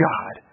God